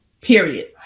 Period